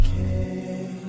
okay